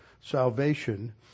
salvation